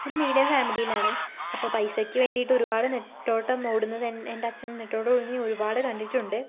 ഒരു മീഡിയം ഫാമിലിയിലാണ് അപ്പോൾ പൈസയ്ക്ക് വേണ്ടിയിട്ട് ഒരുപാട് നെട്ടോട്ടം ഓടുന്നത് എൻ്റെ അച്ഛൻ നെട്ടോട്ടം ഓടുന്നത് ഞാൻ ഒരുപാട് കണ്ടിട്ടുണ്ട്